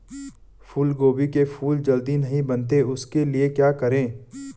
फूलगोभी के फूल जल्दी नहीं बनते उसके लिए क्या करें?